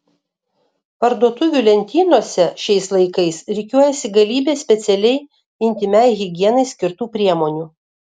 parduotuvių lentynose šiais laikais rikiuojasi galybė specialiai intymiai higienai skirtų priemonių